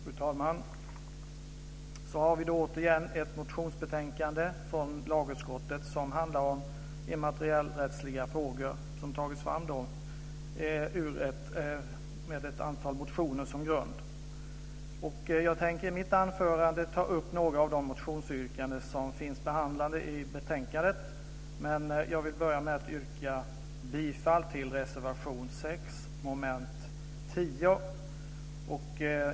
Fru talman! Så har vi återigen ett motionsbetänkande från lagutskottet, dvs. ett betänkande som tagits fram med anledning av ett antal motioner som grund, som handlar om immaterialrättsliga frågor. Jag tänker i mitt anförande ta upp några av de motionsyrkanden som finns behandlade i betänkandet. Jag vill till en början yrka bifall till reservation 6 under mom. 10.